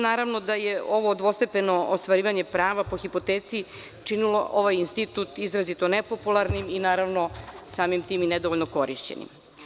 Naravno Da je ovo dvostepeno ostvarivanje prava po hipoteci činilo ovaj institut izrazito nepopularnim, i naravno samim tim i nedovoljno korišćenim.